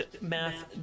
Math